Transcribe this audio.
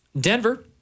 Denver